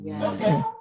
Okay